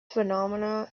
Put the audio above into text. phenomenon